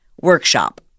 workshop